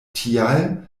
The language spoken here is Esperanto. tial